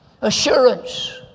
Assurance